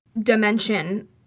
dimension